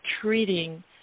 treating